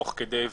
תוך כדי,